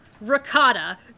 ricotta